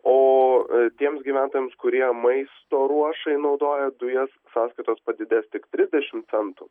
o tiems gyventojams kurie maisto ruošai naudoja dujas sąskaitos padidės tik trisdešim centų